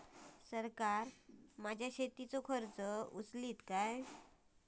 सरकार माझो शेतीचो खर्च उचलीत काय?